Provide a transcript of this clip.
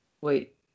wait